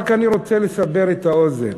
אני רק רוצה לסבר את האוזן: